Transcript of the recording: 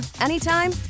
anytime